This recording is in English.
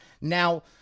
Now